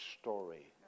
story